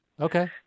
Okay